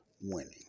winning